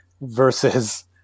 versus